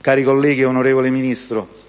Cari colleghi, onorevole Ministro,